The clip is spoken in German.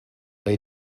bei